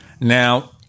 Now